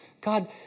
God